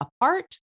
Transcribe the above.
apart